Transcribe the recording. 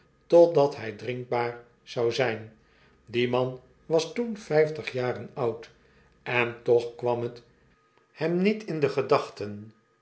totdat hij drinkbaar zou zijn die man was toen vijftig jaren oud en toch kwam het hem niet in de gedachten